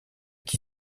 qui